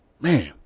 Man